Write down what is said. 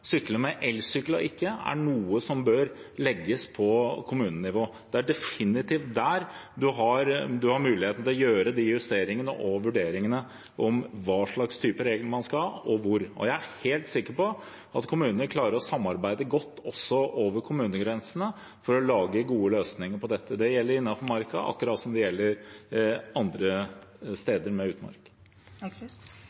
sykle med elsykkel – er noe som bør ligge på kommunenivå. Det er definitivt der en har mulighet til å gjøre de justeringene og vurderingene av hva slags regler man skal ha, og hvor. Og jeg er helt sikker på at kommunene klarer å samarbeide godt også over kommunegrensene for å lage gode løsninger for dette. Det gjelder innenfor Marka, akkurat som det gjelder for andre